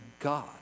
God